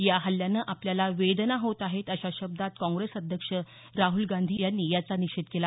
या हल्ल्यानं आपल्याला वेदना होत आहेत अशा शब्दात काँग्रेस अध्यक्ष राहुल गांधी यांनी याचा निषेध केला